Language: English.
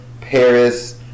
Paris